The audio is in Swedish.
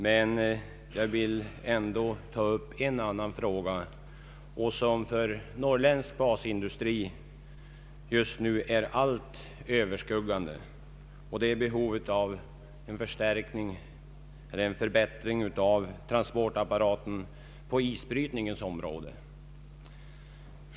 Men jag vill ändå ta upp en fråga som för norrländsk basindustri just nu är allt överskuggande. Det gäller behovet av en förbättring av transportapparaten på isbrytningens område.